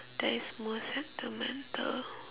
that is most sentimental